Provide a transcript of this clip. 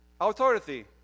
authority